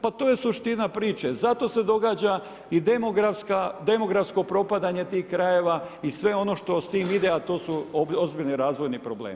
Pa to je suština priče, zato se događa i demografsko propadanje tih krajeva i sve ono što s tim ide, a to su ozbiljni razvojni problemi.